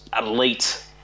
elite